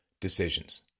decisions